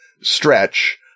stretch